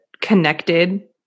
connected